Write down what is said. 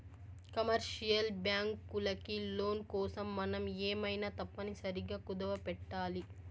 commercial బ్యాంకులకి loan కోసం మనం ఏమైనా తప్పనిసరిగా కుదవపెట్టాలి